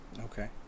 Okay